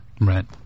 Right